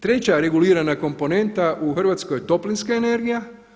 Treća regulirana komponenta u Hrvatskoj je toplinska energija.